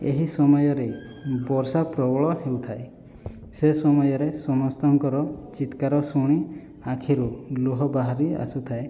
ଏହି ସମୟରେ ବର୍ଷା ପ୍ରବଳ ହେଉଥାଏ ସେ ସମୟରେ ସମସ୍ତଙ୍କର ଚିତ୍କାର ଶୁଣି ଆଖିରୁ ଲୁହ ବାହାରି ଆସୁଥାଏ